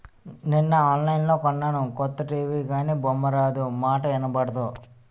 నిన్న ఆన్లైన్లో కొన్నాను కొత్త టీ.వి గానీ బొమ్మారాదు, మాటా ఇనబడదు